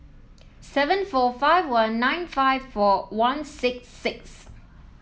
seven four five one nine five four one six six